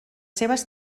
seves